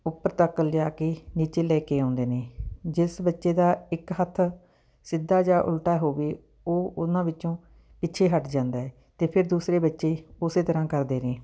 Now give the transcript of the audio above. ਉੱਪਰ ਤੱਕ ਲਿਜਾ ਕੇ ਨੀਚੇ ਲੈ ਕੇ ਆਉਂਦੇ ਨੇ ਜਿਸ ਬੱਚੇ ਦਾ ਇੱਕ ਹੱਥ ਸਿੱਧਾ ਜਾਂ ਉਲਟਾ ਹੋਵੇ ਉਹ ਉਹਨਾਂ ਵਿੱਚੋਂ ਪਿੱਛੇ ਹਟ ਜਾਂਦਾ ਹੈ ਅਤੇ ਫਿਰ ਦੂਸਰੇ ਬੱਚੇ ਉਸ ਤਰ੍ਹਾਂ ਕਰਦੇ ਨੇ